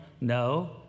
No